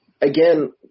again